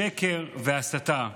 שקר והסתה.